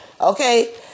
Okay